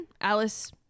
Alice